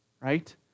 right